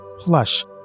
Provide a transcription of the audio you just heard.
Plush